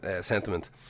sentiment